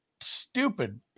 stupid